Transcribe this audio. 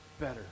better